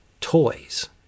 toys